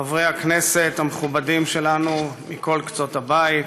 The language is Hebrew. חברי הכנסת המכובדים שלנו מכל קצות הבית,